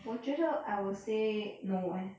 我觉得 I will say no eh